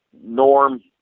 Norm